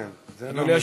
כן, זה לא מזיק.